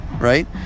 right